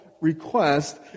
request